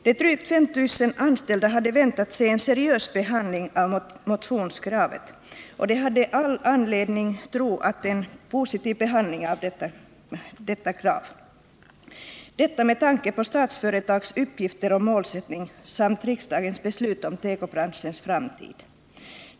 De drygt 5 000 anställda hade väntat sig en seriös behandling av motionskravet, och de hade all anledning att tro på en positiv behandling av detta krav. Detta med tanke på Statsföretags uppgifter och målsättning samt riksdagens beslut om tekobranschens framtid.